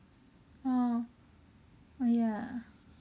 aw oh ya